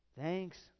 thanks